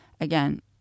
Again